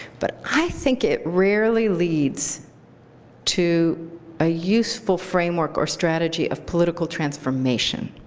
but i think it rarely leads to a useful framework or strategy of political transformation.